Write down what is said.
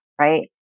right